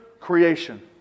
creation